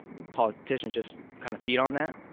politicians just kind of feed on that